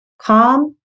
calm